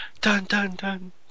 dun-dun-dun